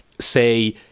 say